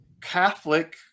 Catholic